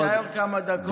אני אישאר כמה דקות,